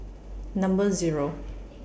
Number Zero